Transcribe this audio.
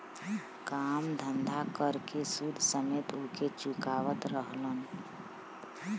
काम धंधा कर के सूद समेत ओके चुकावत रहलन